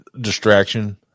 distraction